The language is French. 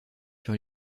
sur